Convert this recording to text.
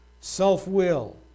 self-will